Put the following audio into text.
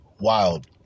Wild